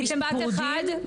משפט אחד.